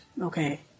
Okay